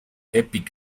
epic